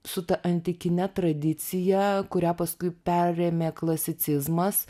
su ta antikine tradicija kurią paskui perėmė klasicizmas